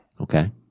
Okay